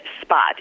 spot